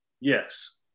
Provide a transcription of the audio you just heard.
yes